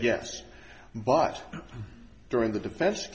yes but during the defen